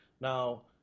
Now